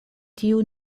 tiu